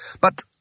But—